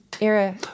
era